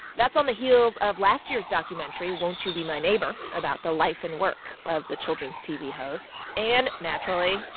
that's on the heels of last year's documentary won't you be my neighbor? about the life and work of the children's tv host. and naturally,